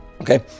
Okay